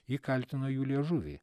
ji kaltino jų liežuvį